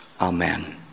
Amen